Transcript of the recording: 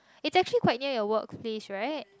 it's actually quite near your workplace right